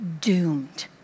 doomed